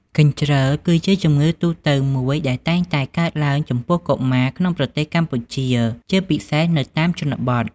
កញ្ជ្រឹល គឺជាជំងឺទូទៅមួយដែលតែងកើតឡើងចំពោះកុមារក្នុងប្រទេសកម្ពុជា ជាពិសេសនៅតាមជនបទ។